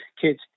kids